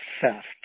theft